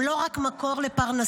הם לא רק מקור לפרנסה,